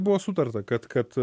buvo sutarta kad kad